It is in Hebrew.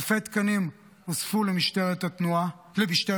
אלפי תקנים הוספו למשטרת ישראל,